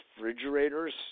refrigerators